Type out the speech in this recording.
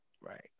Right